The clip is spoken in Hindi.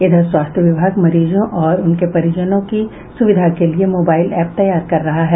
इधर स्वास्थ्य विभाग मरीजों और उसके परिजनों की सुविधा के लिये मोबाइल एप तैयार कर रहा है